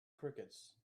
crickets